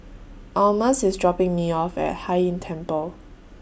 Almus IS dropping Me off At Hai Inn Temple